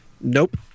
Nope